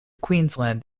queensland